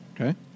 Okay